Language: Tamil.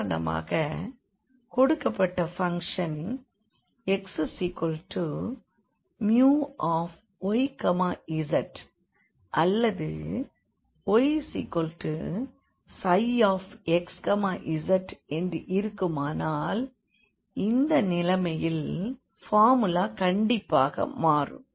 உதாரணமாக கொடுக்கப்பட்ட பங்க்ஷன் xμyz அல்லது yψxzஎன்று இருக்குமானால் அந்த நிலைமையில் பார்முலா கண்டிப்பாக மாறும்